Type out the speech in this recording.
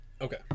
Okay